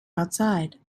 outside